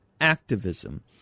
activism